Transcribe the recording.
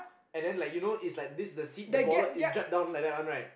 and then like you know it's like this the seat the bollard is draped down like that one right